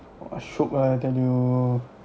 !wah! shiok ah I tell you